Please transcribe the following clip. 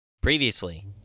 Previously